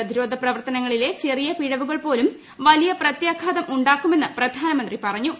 പ്രതിരോധ പ്രവർത്തന്ങളിലെ ചെറിയ പിഴവുകൾ പോലും വലിയ പ്രത്യാഖ്യാതം ഉണ്ടാക്കുമെന്ന് പ്രധാനമന്ത്രി പറഞ്ഞു